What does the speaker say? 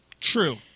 True